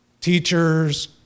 teachers